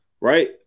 Right